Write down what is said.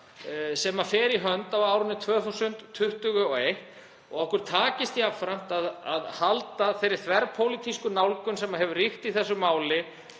sem fer í hönd á árinu 2021, og okkur takist jafnframt að halda þeirri þverpólitísku nálgun sem hefur ríkt í þessu máli